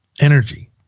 Energy